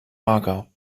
mager